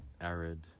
arid